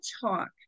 Talk